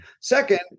Second